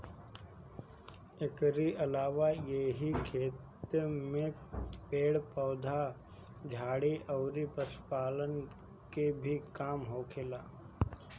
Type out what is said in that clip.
एकरी अलावा एही खेत में पेड़ पौधा, झाड़ी अउरी पशुपालन के भी काम होखेला